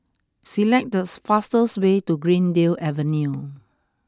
select the fastest way to Greendale Avenue